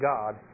God